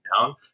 down